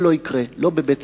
זה לא יקרה, לא בבית-ספרנו.